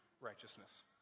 righteousness